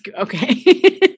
Okay